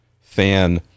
fan